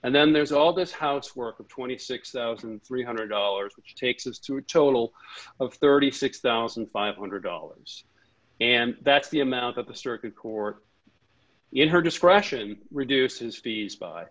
and then there's all this housework of twenty six thousand three hundred dollars which takes us to a total of thirty six thousand five hundred dollars and that's the amount of the circuit court in her discretion reduces fees by